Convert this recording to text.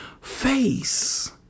face